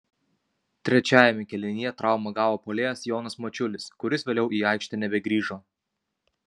trečiajame kėlinyje traumą gavo puolėjas jonas mačiulis kuris vėliau į aikštę nebegrįžo